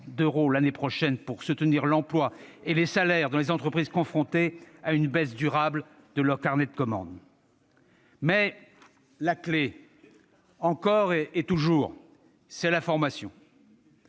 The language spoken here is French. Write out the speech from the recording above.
milliards l'année prochaine, pour soutenir l'emploi et les salaires dans les entreprises confrontées à une baisse durable de leur carnet de commandes. « Toutefois, la clé, encore et toujours, c'est la formation.